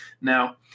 Now